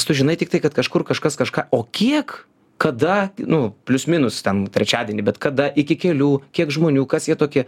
sužinai tiktai kad kažkur kažkas kažką o kiek kada nu plius minus ten trečiadienį bet kada iki kelių kiek žmonių kas jie tokie